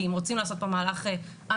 כי אם רוצים לעשות פה מהלך אמיתי,